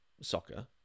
soccer